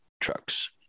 trucks